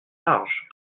large